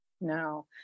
No